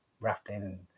rafting